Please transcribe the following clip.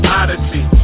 odyssey